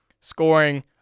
scoring